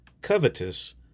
covetous